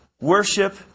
Worship